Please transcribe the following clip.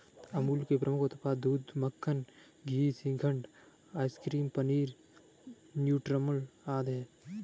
अमूल के प्रमुख उत्पाद हैं दूध, मक्खन, घी, श्रीखंड, आइसक्रीम, पनीर, न्यूट्रामुल आदि